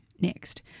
next